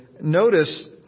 notice